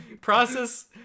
Process